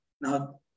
Now